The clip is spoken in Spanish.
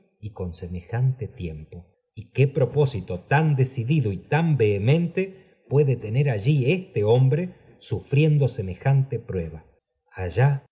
y con semejante tiempo y qué propósito tan decidido y tan vehemente puede tener allí á este hombre sufriendo semejante prueba allá